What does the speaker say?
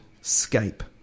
Scape